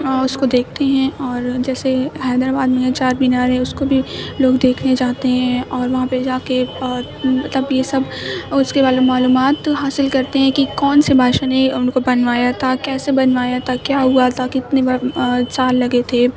اس کو دیکھتے ہیں اور جیسے حیدر آباد میں ہے چار مینار ہے اس کو بھی لوگ دیکھنے جاتے ہیں اور وہاں پہ جا کے اور مطلب یہ سب اس کے بارے میں معلومات حاصل کرتے ہیں کہ کون سے بادشاہ نے ان کو بنوایا تھا کیسے بنوایا تھا کیا ہوا تھا کتنی بار سال لگے تھے